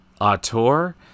auteur